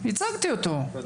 לפי